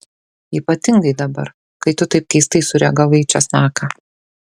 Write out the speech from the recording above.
ypatingai dabar kai tu taip keistai sureagavai į česnaką